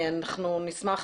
אני חושבת